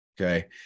Okay